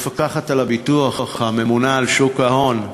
המפקחת על הביטוח, הממונה על שוק ההון,